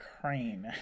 Crane